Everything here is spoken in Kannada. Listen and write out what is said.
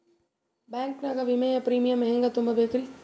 ಬ್ಯಾಂಕ್ ನಾಗ ವಿಮೆಯ ಪ್ರೀಮಿಯಂ ಹೆಂಗ್ ತುಂಬಾ ಬೇಕ್ರಿ?